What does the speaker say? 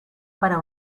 para